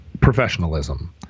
professionalism